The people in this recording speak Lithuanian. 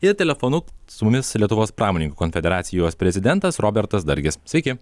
ir telefonu su mumis lietuvos pramoninkų konfederacijos prezidentas robertas dargis sveiki